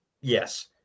Yes